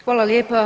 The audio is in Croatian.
Hvala lijepa.